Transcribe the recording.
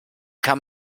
kann